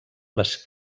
les